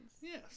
Yes